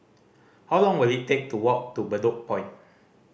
how long will it take to walk to Bedok Point